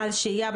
הראשונה,